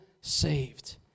saved